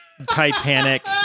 titanic